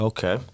Okay